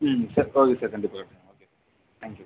ம் சரி okay sir கண்டிப்பாக தேங்க்யூ